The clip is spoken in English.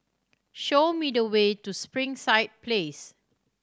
show me the way to Springside Place